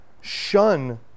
shun